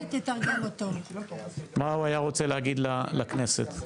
מה הוא היה רוצה להגיד לכנסת?